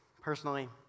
Personally